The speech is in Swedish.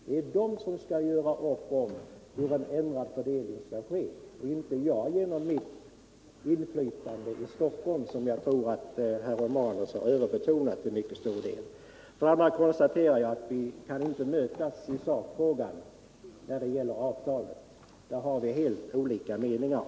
Det är de som skall göra upp om hur en ändrad fördelning skall ske och inte jag genom mitt inflytande i Stockholm, som jag tror att herr Romanus har överbetonat. Vidare konstaterar jag att vi inte kan mötas i sakfrågan om avtalet. Där har vi helt olika meningar.